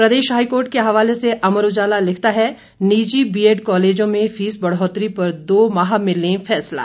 प्रदेश high court के हवाले से अमर उजाला लिखता है निजी बीएड कॉलेजों में फीस बढ़ोतरी पर दो माह में लें फैसला